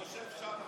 יושב שם,